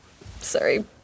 Sorry